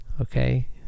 okay